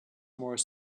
more